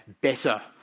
better